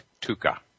Tuca